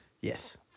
Yes